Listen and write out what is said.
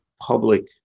public